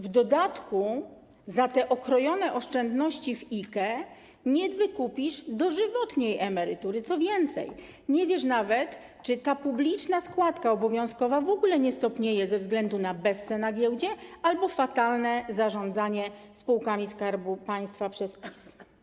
W dodatku za te okrojone oszczędności w IKE nie wykupisz dożywotniej emerytury, co więcej, nie wiesz nawet, czy ta publiczna obowiązkowa składka nie stopnieje ze względu na bessę na giełdzie albo fatalne zarządzanie spółkami Skarbu Państwa przez PiS.